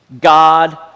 God